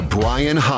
Brian